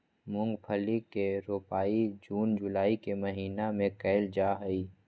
मूंगफली के रोपाई जून जुलाई के महीना में कइल जाहई